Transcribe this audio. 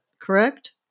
correct